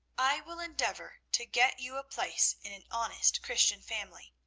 i will endeavour to get you a place in an honest christian family.